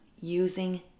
using